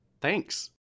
Thanks